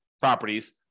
properties